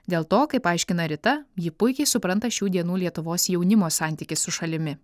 dėl to kaip aiškina rita ji puikiai supranta šių dienų lietuvos jaunimo santykį su šalimi